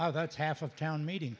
you that's half of town meeting